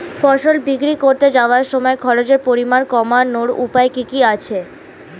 ফসল বিক্রি করতে যাওয়ার সময় খরচের পরিমাণ কমানোর উপায় কি কি আছে?